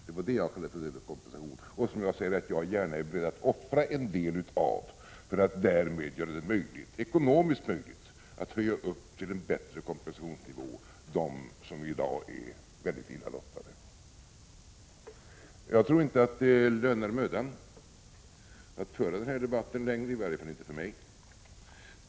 Det var det jag kallade överkompensation och som jag säger att jag är beredd att offra en del av för att därmed göra det ekonomiskt möjligt att höja dem som i dag är illa lottade till en bättre kompensationsnivå. Jag tror inte att det lönar mödan att föra den här debatten längre, i varje fall inte för mig.